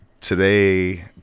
today